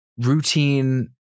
routine